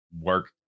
work